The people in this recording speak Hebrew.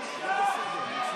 ליושב-ראש.